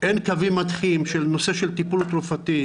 אין קווים מנחים בנושא של טיפול תרופתי,